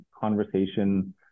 conversation